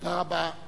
תודה רבה.